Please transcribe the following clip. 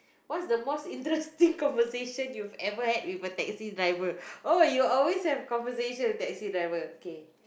what's the most interesting conversation you ever had with a taxi driver oh you always have conversation with taxi driver okay